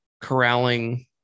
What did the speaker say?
corralling